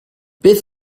beth